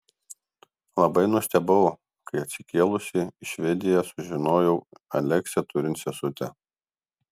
labai nustebau kai atsikėlusi į švediją sužinojau aleksę turint sesutę